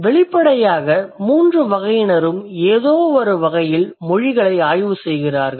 வெளிப்படையாக மூன்று வகையினரும் ஏதோ ஒரு வகையில் மொழிகளை ஆய்வுசெய்கிறார்கள்